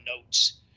notes